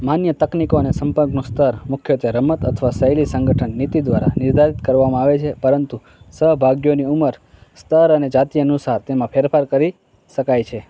માન્ય તકનીકો અને સંપર્કનું સ્તર મુખ્યત્વે રમત અથવા શૈલી સંગઠન નીતિ દ્વારા નિર્ધારિત કરવામાં આવે છે પરંતુ સહભાગીઓની ઉંમર સ્તર અને જાતિ અનુસાર તેમાં ફેરફાર કરી શકાય છે